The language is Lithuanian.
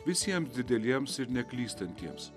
visiem dideliems ir neklystantiems